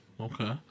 Okay